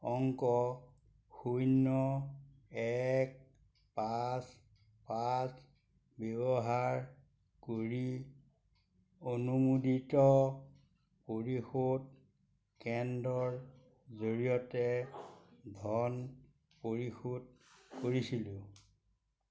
অংক শূন্য এক পাঁচ পাঁচ ব্যৱহাৰ কৰি অনুমোদিত পৰিশোধ কেন্দ্ৰৰ জৰিয়তে ধন পৰিশোধ কৰিছিলোঁ